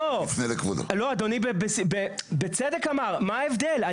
לא, אדוני בצדק אמר מה ההבדל.